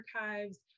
archives